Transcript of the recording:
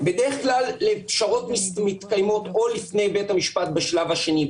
בדרך כלל פשרות מתקיימות או לפני בית המשפט בשלב השני,